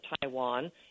Taiwan